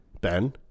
Ben